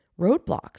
roadblocks